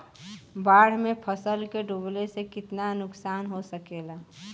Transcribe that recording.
बाढ़ मे फसल के डुबले से कितना नुकसान हो सकेला?